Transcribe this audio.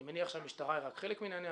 אני מניח שהמשטרה היא רק חלק מהעניין,